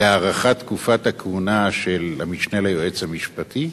להארכת תקופת הכהונה של המשנה ליועץ המשפטי?